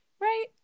Right